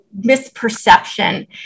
misperception